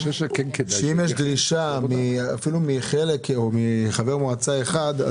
אם יש דרישה מחלק מחברי המועצה או אפילו מחבר מועצה אחד,